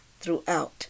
throughout